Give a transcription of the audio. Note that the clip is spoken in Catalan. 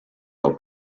del